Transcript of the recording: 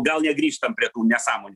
gal negrįžtam prie tų nesąmonių